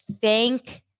thank